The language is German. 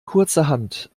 kurzerhand